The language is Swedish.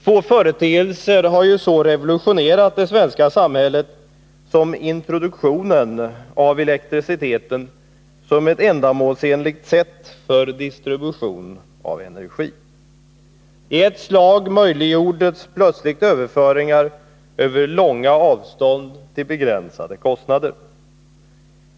Få företeelser har ju så revolutionerat det svenska samhället som introduktionen av elektriciteten som ett ändamålsenligt sätt för distribution av energi. I ett slag möjliggjordes plötsligt överföringar över långa avstånd till begränsade kostnader.